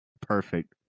Perfect